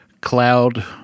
cloud